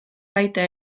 baita